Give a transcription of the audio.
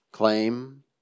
Claim